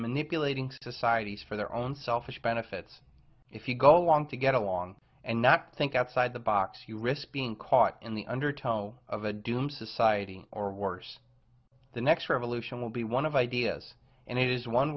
manipulating societies for their own selfish benefits if you go along to get along and not think outside the box you risk being caught in the undertow of a doom society or worse the next revolution will be one of ideas and it is one